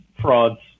frauds